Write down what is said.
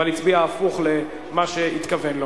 אבל הצביע הפוך ממה שהתכוון לו.